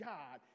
God